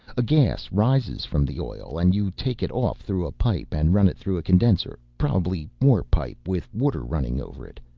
a gas rises from the oil and you take it off through a pipe and run it through a condenser, probably more pipe with water running over it.